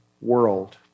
world